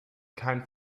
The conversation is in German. kein